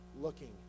looking